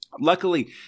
Luckily